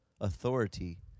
authority